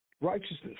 righteousness